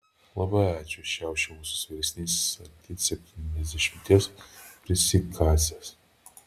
labai ačiū šiaušia ūsus vyresnysis arti septyniasdešimties prisikasęs